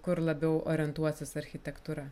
kur labiau orientuosis architektūra